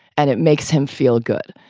and it makes him feel good.